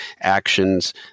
actions